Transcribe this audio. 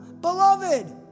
beloved